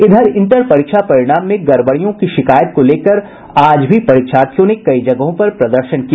इधर इंटर परीक्षा परिणाम में गड़बड़ियों को लेकर आज भी परीक्षार्थियों ने कई जगहों पर प्रदर्शन किया